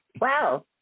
Wow